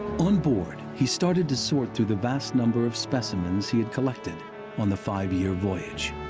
on board he started to sort through the vast number of specimens he had collected on the five year voyage.